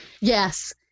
yes